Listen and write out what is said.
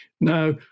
Now